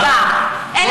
ואסור להם,